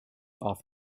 off